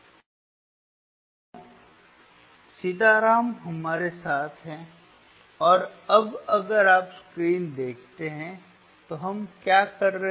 तो सीताराम हमारे साथ हैं और अब अगर आप स्क्रीन देखते हैं तो हम क्या कर रहे हैं